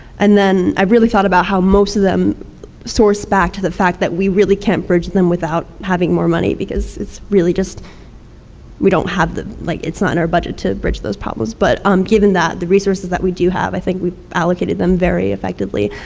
and then i really thought about how most of them source back to the fact that we can't bridge them without having more money, because it's really just we don't have, like its not in our budget to bridge those problems, but um given that, the resources that we do have, i think we've allocated them very effectively.